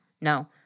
No